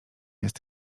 jest